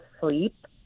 sleep